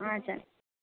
हजुर